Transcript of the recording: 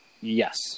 Yes